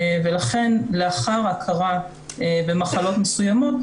ולכן לאחר הכרה במחלות מסוימות,